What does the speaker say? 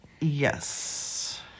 Yes